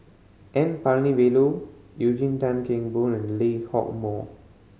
N Palanivelu Eugene Tan Kheng Boon and Lee Hock Moh